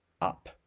up